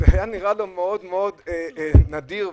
זה היה נראה לו מאוד נדיר וחריג.